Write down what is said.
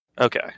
Okay